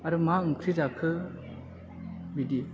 आरो मा ओंख्रि जाखो बिदि